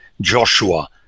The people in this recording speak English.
Joshua